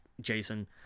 Jason